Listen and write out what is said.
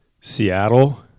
Seattle